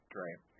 Great